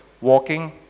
walking